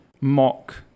mock